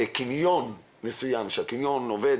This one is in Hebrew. אני מוכנה להעביר את הבקשה הזאת הלאה ולבדוק מה המדיניות כיום בעניין,